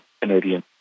Canadian